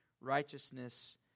righteousness